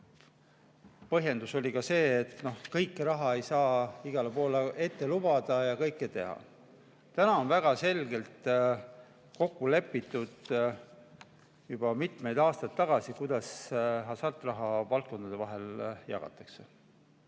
põhjendus oli see, et kogu raha ei saa igale poole ette lubada ja kõike teha. Meil on väga selgelt kokku lepitud juba mitmeid aastaid tagasi, kuidas hasartmänguraha valdkondade vahel jagatakse.